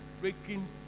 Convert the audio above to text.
breaking